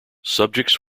subjects